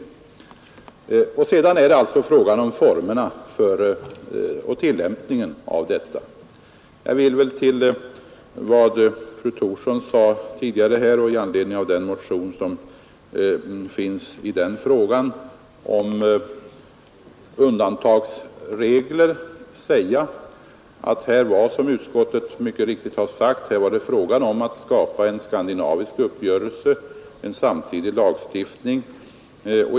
Sedan är det alltså frågan om formerna för tillämpningen av reglerna. Till vad fru Thorsson sade tidigare och i anledning av den motion som finns i frågan om undantagsregler vill jag säga att det såsom utskottet mycket riktigt har sagt var fråga om att skapa en skandinavisk uppgörelse med samtidig lagstiftning i de olika länderna.